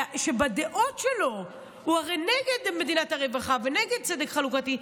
שבדעות שלו הוא הרי נגד מדינת רווחה ונגד צדק חלוקתי,